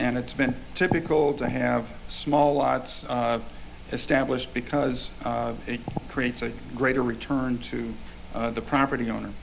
and it's been typical to have small lots of established because it creates a greater return to the property owner